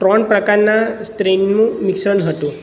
ત્રણ પ્રકારના સ્ટ્રેઇનનું મિશ્રણ હતું